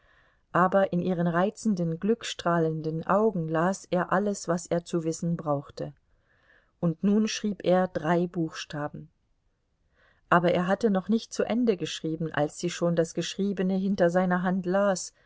aber in ihren reizenden glückstrahlenden augen las er alles was er zu wissen brauchte und nun schrieb er drei buchstaben aber er hatte noch nicht zu ende geschrieben als sie schon das geschriebene hinter seiner hand las